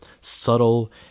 subtle